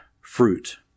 fruit